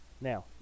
now